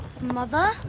Mother